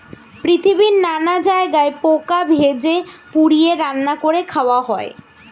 পৃথিবীর নানা জায়গায় পোকা ভেজে, পুড়িয়ে, রান্না করে খাওয়া হয়